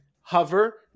hover